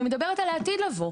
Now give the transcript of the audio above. אני מדברת על העתיד לבוא.